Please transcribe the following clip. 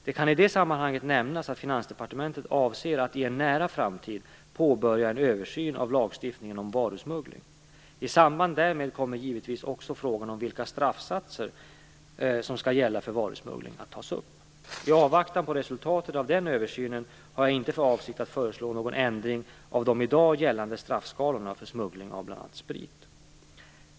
Det kan i detta sammanhang nämnas att Finansdepartementet avser att i en nära framtid påbörja en översyn av lagstiftningen om varusmuggling. I samband därmed kommer givetvis också frågan om vilka straffsatser som skall gälla för varusmuggling att tas upp. I avvaktan på resultatet av denna översyn har jag inte för avsikt att föreslå någon ändring av de i dag gällande straffskalorna för smuggling av bl.a. sprit.